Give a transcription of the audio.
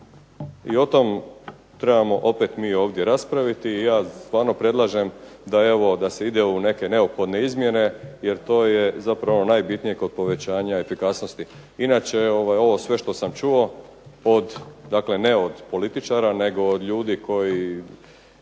i o tom trebamo opet mi ovdje raspraviti. I ja stvarno predlažem da evo, da se ide u neke neophodne izmjene jer to je zapravo ono najbitnije kod povećanja efikasnosti. Inače ovo sve što sam čuo od, dakle ne od političara nego od ljudi koji